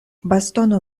bastono